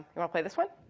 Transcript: wanna play this one?